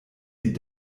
die